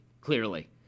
clearly